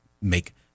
make –